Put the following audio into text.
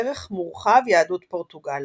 ערך מורחב – יהדות פורטוגל